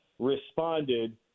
Responded